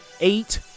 eight